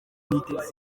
niteza